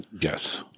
Yes